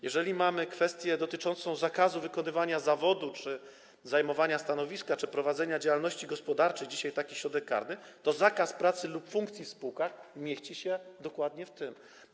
Jeżeli mamy kwestię dotyczącą zakazu wykonywania zawodu, zajmowania stanowiska czy prowadzenia działalności gospodarczej, dzisiaj jest taki środek karny, to zakaz pracy lub funkcji w spółkach dokładnie się w tym mieści.